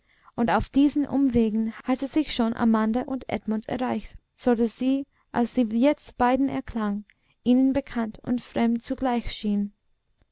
und auf diesen umwegen hatte sie schon amanda und edmund erreicht so daß sie als sie jetzt beiden erklang ihnen bekannt und fremd zugleich schien